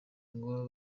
ngo